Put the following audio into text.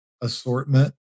assortment